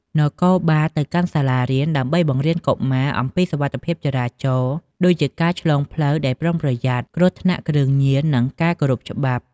នគរបាលទៅកាន់សាលារៀន ដើម្បីបង្រៀនកុមារអំពីសុវត្ថិភាពចរាចរណ៍ ដូចជាការឆ្លងផ្លូវដោយប្រុងប្រយ័ត្ន គ្រោះថ្នាក់គ្រឿងញៀន និងការគោរពច្បាប់។